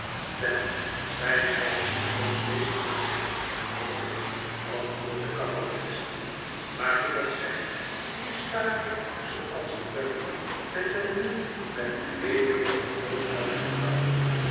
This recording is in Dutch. wel zij zal nu al een beter man hebben hoop ik antwoordt de cavalerist maar hoe dat zij hier sta ik zooals ik ben en ben niet met de weduwe van joe pouch getrouwd